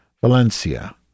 Valencia